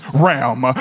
realm